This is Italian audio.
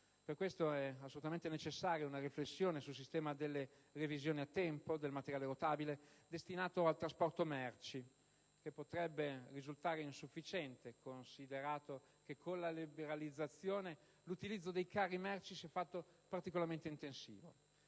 per questo è necessaria una riflessione sul sistema delle revisioni a tempo del materiale rotabile destinato al trasporto merci che potrebbe risultare insufficiente considerato che con la liberalizzazione l'utilizzo dei carri merci si è fatto particolarmente intensivo.